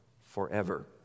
forever